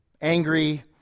angry